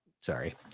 Sorry